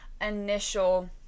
initial